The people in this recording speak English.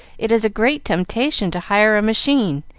it is a great temptation to hire a machine,